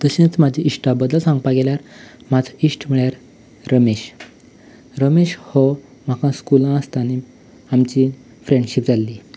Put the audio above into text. तशेंच म्हजी इश्टा बद्दल सांगपा गेल्यार म्हजो इश्ट म्हळ्यार रमेश रमेश हो म्हाका स्कुला आसताना आमची फ्रँडशिप जाल्ली